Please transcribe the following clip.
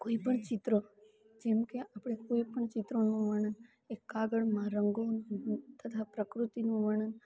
કોઈપણ ચિત્ર જેમકે આપણે કોઈપણ ચિત્રોનું વર્ણન એ કાગળમાં રંગો તથા પ્રકૃતિનું વર્ણન